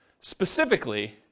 specifically